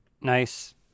Nice